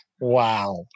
Wow